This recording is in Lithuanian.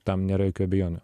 tam nėra jokių abejonių